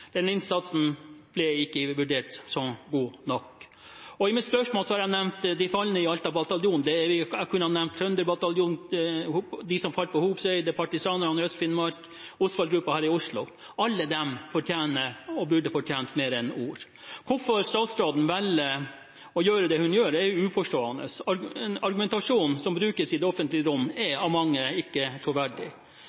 den innsatsen ble ikke vurdert som god nok. I mitt spørsmål har jeg nevnt de falne i Alta bataljon. Jeg kunne ha nevnt Trønderbataljonen, de som falt på Hopseidet, partisanene i Øst-Finnmark, Osvald-gruppen her i Oslo – alle de fortjener og hadde fortjent mer enn ord. Hvorfor statsråden velger å gjøre det hun gjør, er uforståelig. Argumentasjonen som brukes i det offentlige rom, er